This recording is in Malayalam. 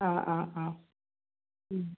ആ ആ ആ മ്